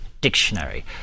dictionary